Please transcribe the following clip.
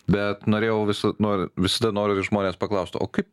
bet norėjau visu nori visada noriu žmones paklaust o kaip